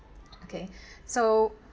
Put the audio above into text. okay so